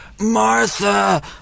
Martha